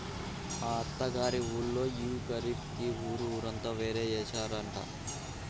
మా అత్త గారి ఊళ్ళో యీ ఖరీఫ్ కి ఊరు ఊరంతా వరే యేశారంట